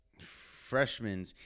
freshmen